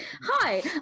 Hi